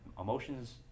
emotions